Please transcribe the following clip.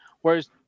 Whereas